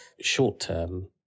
short-term